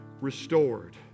restored